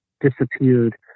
disappeared